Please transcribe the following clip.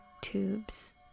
tubes